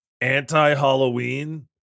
anti-Halloween